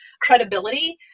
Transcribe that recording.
credibility